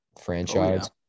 franchise